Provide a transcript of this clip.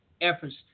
efforts